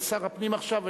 כשר הפנים עכשיו,